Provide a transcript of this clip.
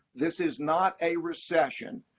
this is not a recession.